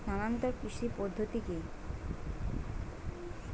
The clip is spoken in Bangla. স্থানান্তর কৃষি পদ্ধতি কি?